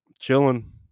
Chilling